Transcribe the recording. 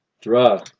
Draw